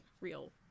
real